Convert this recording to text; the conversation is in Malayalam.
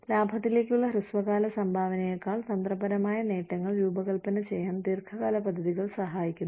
ലാഭത്തിലേക്കുള്ള ഹ്രസ്വകാല സംഭാവനയെക്കാൾ തന്ത്രപരമായ നേട്ടങ്ങൾ രൂപകൽപ്പന ചെയ്യാൻ ദീർഘകാല പദ്ധതികൾ സഹായിക്കുന്നു